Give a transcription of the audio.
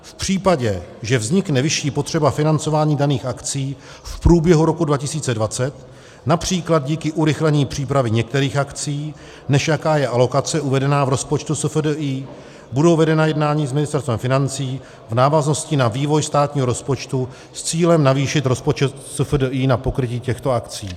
V případě, že vznikne vyšší potřeba financování daných akcí v průběhu roku 2020, například díky urychlení přípravy některých akcí, než jaká je alokace uvedená v rozpočtu SFDI, budou vedena jednání s Ministerstvem financí v návaznosti na vývoj státního rozpočtu s cílem navýšit rozpočet SFDI na pokrytí těchto akcí.